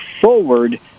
forward